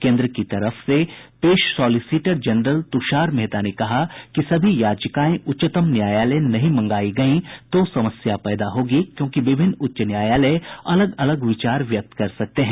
केंद्र की तरफ से पेश सॉलिसिटर जनरल तुषार मेहता ने कहा कि सभी याचिकाएं उच्चतम न्यायालय नहीं मंगाई गईं तो समस्या पैदा होगी क्योंकि विभिन्न उच्च न्यायालय अलग अलग विचार व्यक्त कर सकते हैं